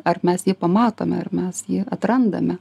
ar mes jį pamatome ar mes jį atrandame